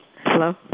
Hello